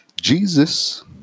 Jesus